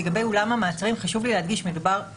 לגבי אולם המעצרים חשוב לי להדגיש שמדובר